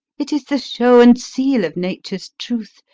it is the show and seal of nature's truth,